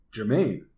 Jermaine